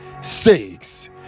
six